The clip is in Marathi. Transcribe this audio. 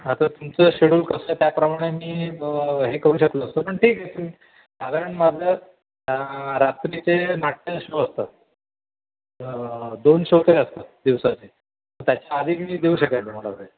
आता तुमचं शेड्युल कसं आहे त्याप्रमाणे मी हे करू शकलो असतो पण ठीक आहे तुम्ही साधारण माझं रात्रीचे नाट्य शो असतात दोन शो तरी असतात दिवसाचे त्याच्याआधी मी देऊ शकेल तुमाला वेळ